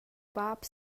bab